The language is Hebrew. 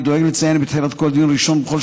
אני דואג לציין בתחילת כל דיון ראשון בכל